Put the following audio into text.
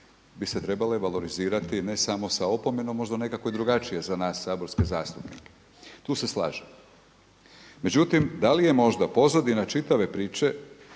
bi se trebale valorizirati ne samo sa opomenom, možda neko drugačije za nas saborske zastupnike. Tu se slažem. Međutim, da li je možda pozadina čitave priče